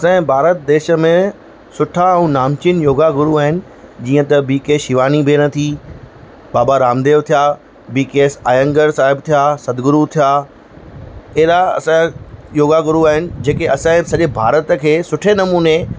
असां जे भारत देश में सुठा ऐं नामचीन योगा गुरु आहिनि जीअं त बी के शिवानी भेण थी बाबा रामदेव थिया बी के आयंगर साहिब थिया सतगुरु थिया अहिड़ा असां जा योगा गुरु आहिनि जेके असां जे सॼे भारत खे सुठे नमूने